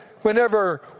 whenever